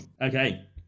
Okay